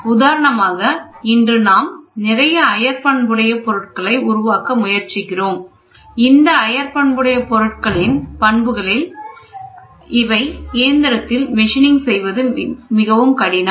உதாரணமாக இன்று நாம் நிறைய அயற்பண்படைய பொருட்களை உருவாக்க முயற்சிக்கிறோம் இந்த அயற்பண்படைய பொருட்களின் பண்புகளின் ஆல் இவை இயந்திரத்தில் மெஷின் செய்வது மிகவும் கடினம்